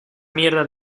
mierda